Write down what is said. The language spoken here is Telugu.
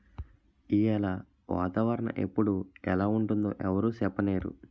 ఈయాల వాతావరణ ఎప్పుడు ఎలా ఉంటుందో ఎవరూ సెప్పనేరు